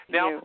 Now